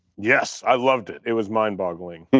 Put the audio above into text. yes, i loved it. it was mind boggling.